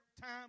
time